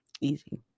easy